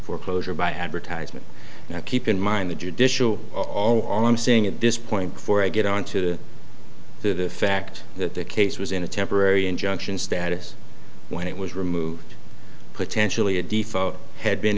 foreclosure by advertisement and i keep in mind the judicial all i'm seeing at this point before i get on to the fact that the case was in a temporary injunction status when it was removed potentially a default had been